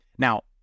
Now